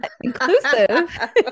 inclusive